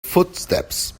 footsteps